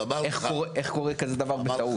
איך קורה כזה דבר בטעות?